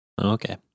Okay